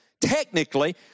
Technically